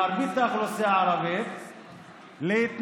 על מרבית האוכלוסייה הערבית,